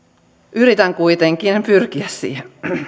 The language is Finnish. yritän kuitenkin pyrkiä siihen